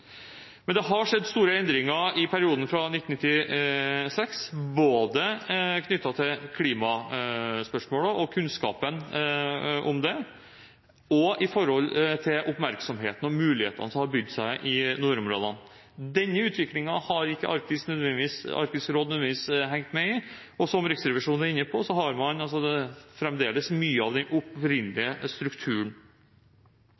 Men det har skjedd store endringer i perioden fra 1996, både knyttet til klimaspørsmålet og kunnskapen om det og knyttet til oppmerksomheten og mulighetene som har bydd seg i nordområdene. Denne utviklingen har ikke Arktisk råd nødvendigvis hengt med i, og som Riksrevisjonen er inne på, har man fremdeles mye av den opprinnelige strukturen.